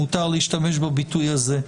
מציע,